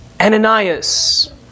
Ananias